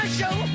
show